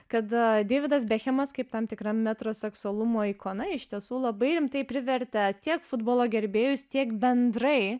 kad deividas bekhemas kaip tam tikra metro seksualumo ikona iš tiesų labai rimtai privertė tiek futbolo gerbėjus tiek bendrai